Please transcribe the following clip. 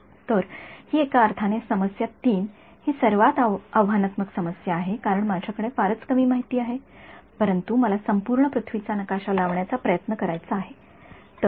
तर ही एका अर्थाने समस्या ३ ही सर्वात आव्हानात्मक समस्या आहे कारण माझ्याकडे फारच कमी माहिती आहे परंतु मला संपूर्ण पृथ्वीचा नकाशा लावण्याचा प्रयत्न करायचा आहे